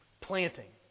planting